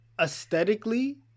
Aesthetically